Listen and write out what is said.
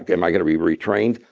am i going to be retrained?